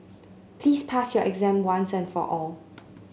please pass your exam once and for all